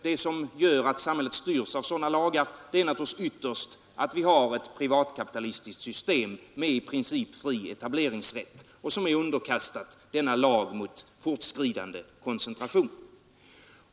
Det som gör att samhället styrs av sådana lagar är naturligtvis ytterst att vi har ett privatkapitalistiskt system med i princip fri etableringsrätt som är underkastat dessa lagar om fortskridande koncentration.